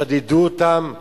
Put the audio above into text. שדדו אותם,